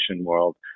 World